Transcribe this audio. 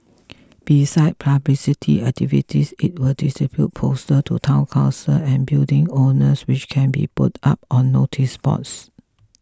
beside publicity activities it will distribute posters to Town Councils and building owners which can be put up on noticeboards